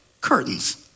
curtains